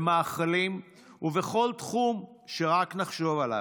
במאכלים ובכל תחום שרק נחשוב עליו.